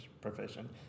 profession